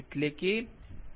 તેથી તે 1